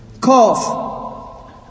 Cough